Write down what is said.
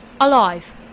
Alive